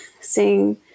seeing